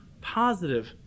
positive